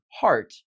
heart